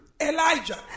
Elijah